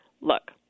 look